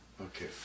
Okay